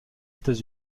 états